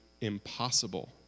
impossible